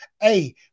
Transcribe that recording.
Hey